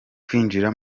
kwinjira